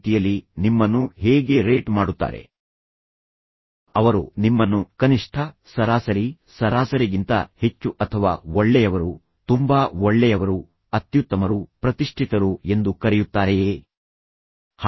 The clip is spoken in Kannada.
ಈಗ ನಾನು ನೀಡಿದ ಎರಡೂ ಪ್ರಕರಣಗಳಲ್ಲಿ ಮೊದಲನೆಯದು ಗಂಡ ಮತ್ತು ಹೆಂಡತಿಯ ನಡುವಿನದ್ದು ಅವರು ತುಂಬಾ ಪ್ರೀತಿಯ ದಂಪತಿಗಳು ಎಂದು ನಿಮಗೆ ತಿಳಿದಿದೆ ಮತ್ತು ನಂತರ ಸಂಘರ್ಷ ಪ್ರಾರಂಭವಾಗಿದೆ